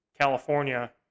California